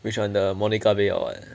which one the monica baey or what